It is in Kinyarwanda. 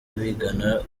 bigana